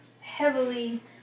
heavily